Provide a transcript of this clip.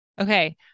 okay